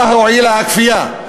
מה הועילה הכפייה?